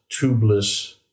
tubeless